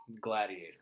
Gladiator